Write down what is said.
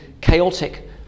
chaotic